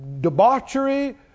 debauchery